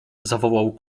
zawołał